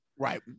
Right